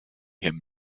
him